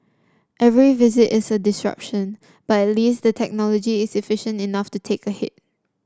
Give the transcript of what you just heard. every visit is a disruption but at least the technology is efficient enough to take the hit